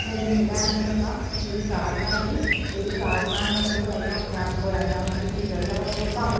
मेरी निक्की भैन ही मेरे कोला में ओह्दी फ्राक बनाई ही ओह्दी फ्राक बनाने दा मिगी बड़ा इ'यां अपने आप च बड़ा इ'यां मतलव कि डिफिकल्ट लग्गेआ पर मि ओह् कम्म